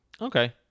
Okay